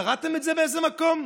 קראתם את זה באיזה מקום?